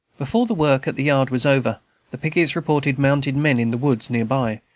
before the work at the yard was over the pickets reported mounted men in the woods near by,